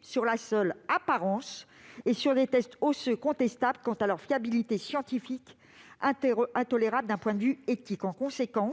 sur la seule apparence et sur les tests osseux, qui sont contestables quant à leur fiabilité scientifique et intolérables d'un point de vue éthique. Par conséquent,